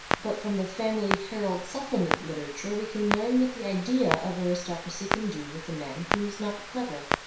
but from the family herald supplement literature we can learn what the idea of aristocracy. can do with a man who is not clever.